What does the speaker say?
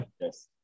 Yes